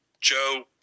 Joe